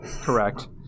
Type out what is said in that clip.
correct